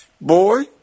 boy